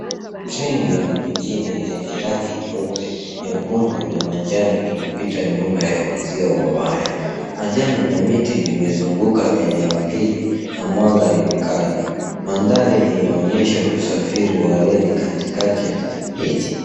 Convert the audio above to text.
Treni ya mijini yenye rangi nyeupe, nyekundu na majani inapita nyuma ya uzio wa waya. Majani na miti vimezunguka eneo hili na mwanga ni mkali. Mandhari inaonyesha usafiri wa reli katikati ya jiji.